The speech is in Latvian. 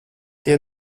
tie